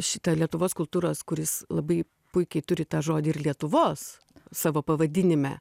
šita lietuvos kultūros kuris labai puikiai turi tą žodį ir lietuvos savo pavadinime